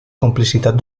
complicitat